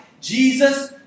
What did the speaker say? Jesus